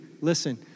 listen